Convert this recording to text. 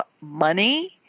money